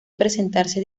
presentarse